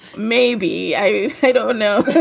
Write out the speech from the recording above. maybe. i don't know.